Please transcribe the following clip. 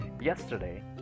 Yesterday